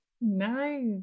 Nice